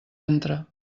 entra